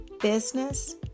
business